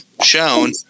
shown